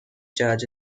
charge